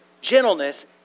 gentleness